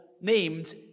named